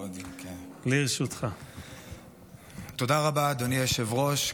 תודה רבה, אדוני היושב-ראש.